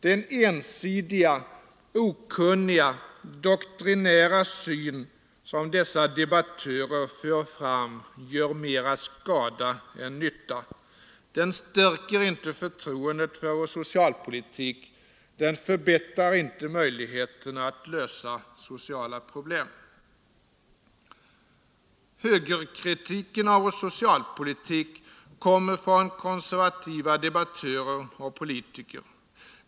Den ensidiga, okunniga, doktrinära syn som dessa debattörer för fram gör mer skada än nytta. Den stärker inte förtroendet för vår socialpolitik, den förbättrar inte möjligheterna att lösa sociala problem. Högerkritiken av vår socialpolitik kommer från konservativa debattörer och politiker.